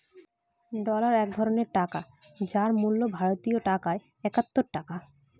dollar এক ধরনের টাকা যার মূল্য ভারতীয় টাকায় একাত্তর টাকা